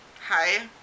hi